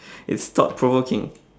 it's thought provoking